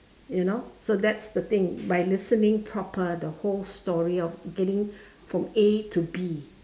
you know so that's the thing by listening proper the whole story of getting from A to B